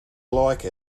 like